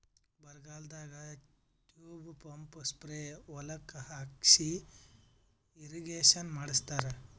ಬರಗಾಲದಾಗ tube pump spray ಹೊಲಕ್ಕ್ ಹಾಕಿಸಿ ಇರ್ರೀಗೇಷನ್ ಮಾಡ್ಸತ್ತರ